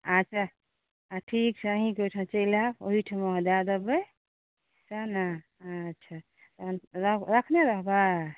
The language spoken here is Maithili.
अच्छा ठीक छै अहींँकेँ एहिठाम चलि आएब ओहिठमा दए देबै सएह ने अच्छा तहन राखने रहबै